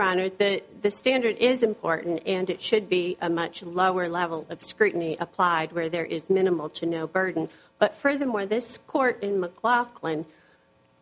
honor the standard is important and it should be a much lower level of scrutiny applied where there is minimal to no burden but furthermore this court in mclachlan